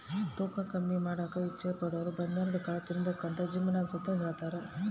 ತೂಕ ಕಮ್ಮಿ ಮಾಡಾಕ ಇಚ್ಚೆ ಪಡೋರುಬರ್ನ್ಯಾಡ್ ಕಾಳು ತಿಂಬಾಕಂತ ಜಿಮ್ನಾಗ್ ಸುತ ಹೆಳ್ತಾರ